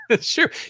Sure